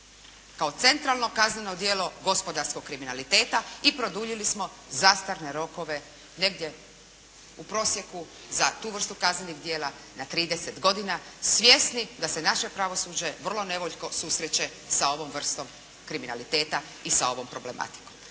kao centralno kazneno djelo gospodarskog kriminaliteta i produljili smo zastarne rokove negdje u prosjeku za tu vrstu kaznenih djela na 30 godina svjesni da se naše pravosuđe vrlo nevoljko susreće sa ovom vrstom kriminaliteta i sa ovom problematikom.